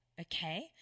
okay